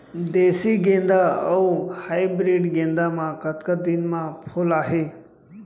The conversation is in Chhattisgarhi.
देसी गेंदा अऊ हाइब्रिड गेंदा म कतका दिन म फूल आही?